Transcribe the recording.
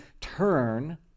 turn